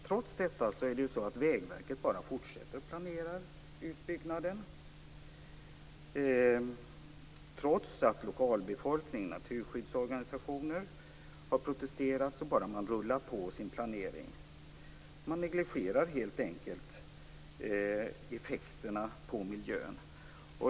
Trots detta fortsätter Vägverket att planera utbyggnaden. Trots att lokalbefolkningen och naturskyddsorganisationer har protesterat rullar man bara på med sin planering. Man negligerar helt enkelt effekterna på miljön.